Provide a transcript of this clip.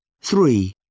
Three